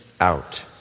out